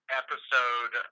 episode